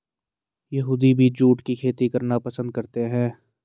यहूदी भी जूट की खेती करना पसंद करते थे